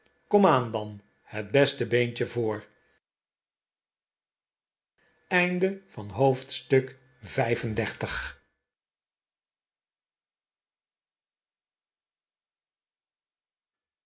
komaan dan het beste beentje voorl